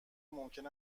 ممکن